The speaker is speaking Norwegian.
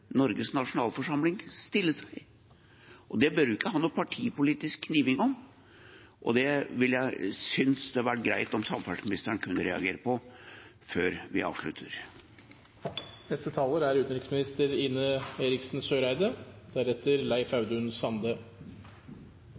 Norges nasjonalforsamling stille seg, og det bør vi ikke ha noen partipolitisk kniving om. Det ville jeg synes var greit om samferdselsministeren kunne reagere på før vi avslutter.